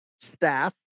staff